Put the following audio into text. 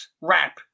rap